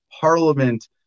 parliament